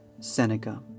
Seneca